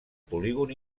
polígon